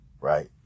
right